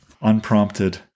unprompted